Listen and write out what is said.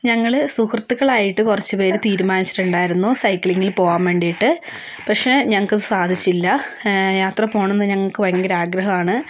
ഞങ്ങൾ സുഹൃത്തുക്കളായിട്ട് കുറച്ച് പേര് തീരുമാനിച്ചിട്ടുണ്ടായിരിന്നു സൈക്ലിങ്ങിൽ പോവാൻ വേണ്ടിയിട്ട് പക്ഷേ ഞങ്ങൾക്ക് അത് സാധിച്ചില്ല യാത്ര പോവണം എന്ന് ഞങ്ങൾക്ക് ഭയങ്കര ആഗ്രഹമാണ്